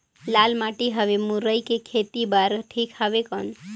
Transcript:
लाल माटी हवे मुरई के खेती बार ठीक हवे कौन?